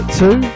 two